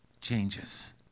changes